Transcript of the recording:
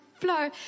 flow